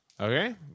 Okay